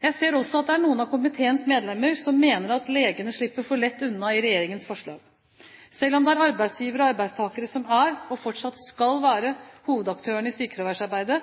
Jeg ser også at det er noen av komiteens medlemmer som mener at legene slipper for lett unna i regjeringens forslag. Selv om det er arbeidsgiver og arbeidstaker som er – og fortsatt skal være – hovedaktørene i sykefraværsarbeidet,